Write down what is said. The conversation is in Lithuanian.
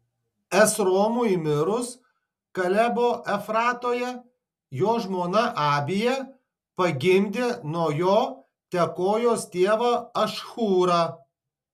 esromui mirus kalebo efratoje jo žmona abija pagimdė nuo jo tekojos tėvą ašhūrą